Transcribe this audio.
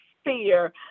fear